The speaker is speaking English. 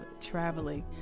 traveling